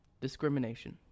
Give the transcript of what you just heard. discrimination